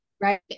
Right